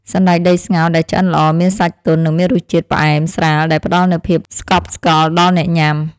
សណ្តែកដីស្ងោរដែលឆ្អិនល្អមានសាច់ទន់និងមានរសជាតិផ្អែមស្រាលដែលផ្តល់នូវភាពស្កប់ស្កល់ដល់អ្នកញ៉ាំ។